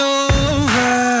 over